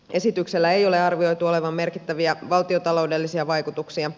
esityksellä ei ole arvioitu olevan merkittäviä valtiontaloudellisia vaikutuksia